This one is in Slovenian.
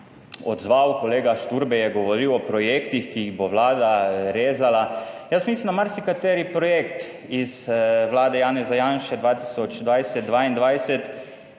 odzval. Kolega Šturbej je govoril o projektih, ki jih bo Vlada rezala. Jaz mislim, da marsikateri projekt iz vlade Janeza Janše,